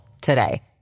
today